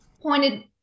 pointed